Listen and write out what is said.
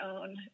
own